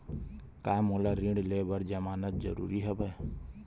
का मोला ऋण ले बर जमानत जरूरी हवय?